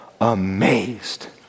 amazed